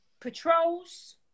patrols